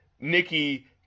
Nikki